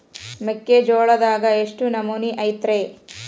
ಮೆಕ್ಕಿಜೋಳದಾಗ ಎಷ್ಟು ನಮೂನಿ ಐತ್ರೇ?